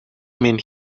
mean